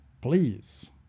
please